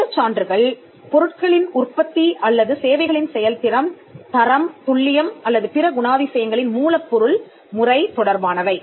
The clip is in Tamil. இந்தச் சான்றுகள் பொருட்களின் உற்பத்தி அல்லது சேவைகளின் செயல்திறன் தரம் துல்லியம் அல்லது பிற குணாதிசயங்களின் மூலப்பொருள் முறை தொடர்பானவை